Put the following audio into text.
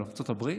בארצות הברית,